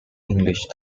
english